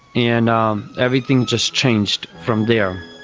and um everything just changed from there.